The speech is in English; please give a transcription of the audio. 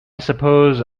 suppose